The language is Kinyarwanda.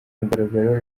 mugaragaro